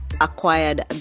acquired